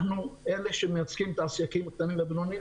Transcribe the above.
אנחנו אלו שמייצגים את העסקים הקטנים והבינוניים,